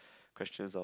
question of